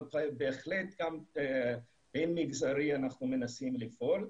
אבל בהחלט בין מגזרי אנחנו מנסים לפעול.